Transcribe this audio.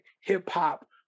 hip-hop